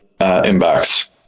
inbox